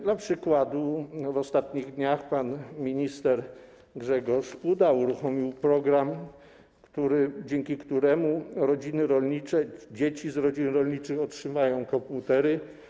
Dla przykładu w ostatnich dniach pan minister Grzegorz Puda uruchomił program, dzięki któremu rodziny rolnicze, dzieci z rodzin rolniczych otrzymają komputery.